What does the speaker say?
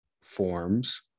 forms